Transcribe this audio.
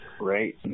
Right